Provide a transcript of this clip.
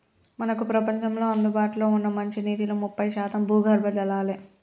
మనకు ప్రపంచంలో అందుబాటులో ఉన్న మంచినీటిలో ముప్పై శాతం భూగర్భ జలాలే